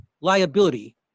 liability